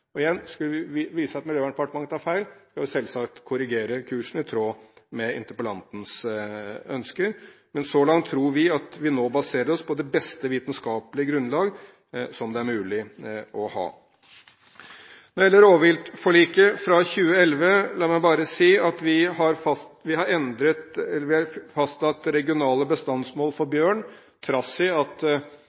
Og – igjen: Skulle det vise seg at Miljøverndepartementet tar feil, skal vi selvsagt korrigere kursen i tråd med interpellantens ønsker. Men så langt tror vi at vi nå baserer oss på det beste vitenskapelige grunnlag som det er mulig å ha. Når det gjelder rovviltforliket fra 2011, så la meg bare si at vi har fastsatt regionale bestandsmål for bjørn. Trass i at